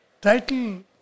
Title